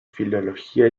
filología